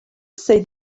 say